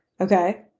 Okay